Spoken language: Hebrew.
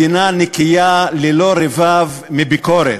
מדינה נקייה ללא רבב מביקורת.